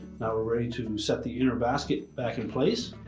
now, we're ready to set the inner basket back in place.